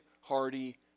hardy